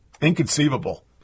inconceivable